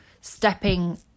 stepping